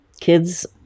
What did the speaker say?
kids